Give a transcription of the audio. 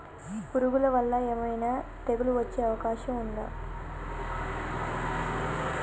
పురుగుల వల్ల ఏమైనా తెగులు వచ్చే అవకాశం ఉందా?